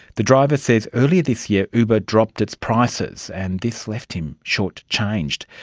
the driver says earlier this year uber dropped its prices and this left him short changed.